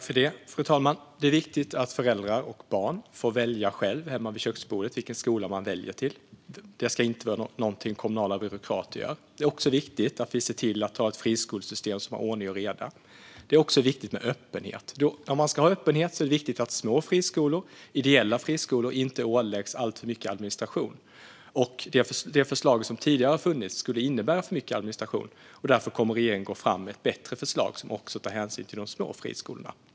Fru talman! Det är viktigt att föräldrar och barn får välja skola själva hemma vid köksbordet. Det ska inte vara något som kommunala byråkrater gör. Det är också viktigt att vi ser till att ha ett friskolesystem där det råder ordning och reda. Det är också viktigt med öppenhet. När det gäller öppenhet är det viktigt att små och ideella friskolor inte åläggs alltför mycket administration. Det förslag som tidigare har funnits skulle innebära för mycket administration, och därför kommer regeringen att gå fram med ett bättre förslag, som också tar hänsyn till de små friskolorna.